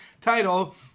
title